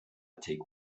take